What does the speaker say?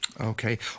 Okay